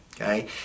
okay